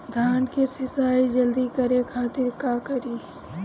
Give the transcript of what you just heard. धान के सिंचाई जल्दी करे खातिर का करी?